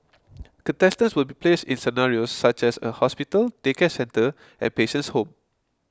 contestants will be placed in scenarios such as a hospital daycare centre and patient's home